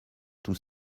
tout